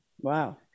Wow